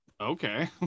Okay